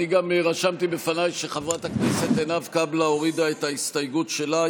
אני גם רשמתי בפניי שחברת הכנסת עינב קאבלה הורידה את ההסתייגות שלה.